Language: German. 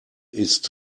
ist